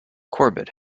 corbett